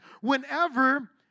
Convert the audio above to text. whenever